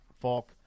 Falk